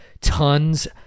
tons